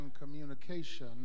communication